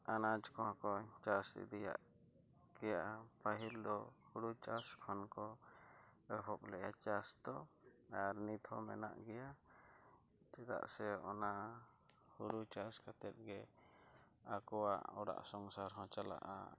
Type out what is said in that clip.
ᱟᱱᱟᱡᱽ ᱠᱚᱦᱚᱸ ᱠᱚ ᱪᱟᱥ ᱤᱫᱤᱭᱟ ᱠᱮᱫᱟ ᱯᱟᱹᱦᱤᱞ ᱫᱚ ᱦᱩᱲᱩᱪᱟᱥ ᱠᱷᱚᱱ ᱠᱚ ᱮᱦᱚᱵ ᱞᱮᱫᱟ ᱪᱟᱥ ᱫᱚ ᱟᱨ ᱱᱤᱛᱦᱚᱸ ᱢᱮᱱᱟᱜ ᱜᱮᱭᱟ ᱪᱮᱫᱟᱜ ᱥᱮ ᱚᱱᱟ ᱦᱩᱲᱩ ᱪᱟᱥ ᱠᱟᱛᱮᱜᱮ ᱟᱠᱚᱣᱟᱜ ᱚᱲᱟᱜ ᱥᱚᱝᱥᱟᱨ ᱦᱚᱸ ᱪᱟᱞᱟᱜᱼᱟ